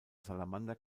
salamander